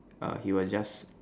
err he was just